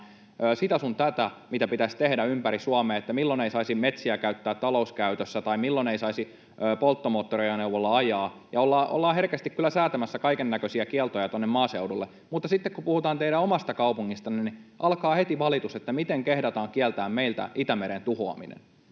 sitä sun tätä, mitä pitäisi tehdä ympäri Suomea: milloin ei saisi metsiä käyttää talouskäytössä tai milloin ei saisi polttomoottoriajoneuvolla ajaa. Ollaan herkästi kyllä säätämässä kaikennäköisiä kieltoja tuonne maaseudulle, mutta sitten, kun puhutaan teidän omasta kaupungistanne, niin alkaa heti valitus siitä, miten kehdataan kieltää meiltä Itämeren tuhoaminen.